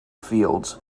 fields